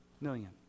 million